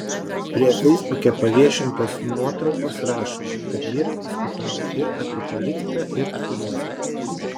prie feisbuke paviešintos nuotraukos rašoma kad vyrai diskutavo ir apie politiką ir apie muziką